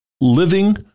living